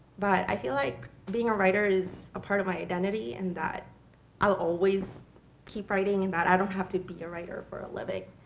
but i feel like being a writer is a part of my identity in that i'll always keep writing, and that i don't have to be a writer for a living.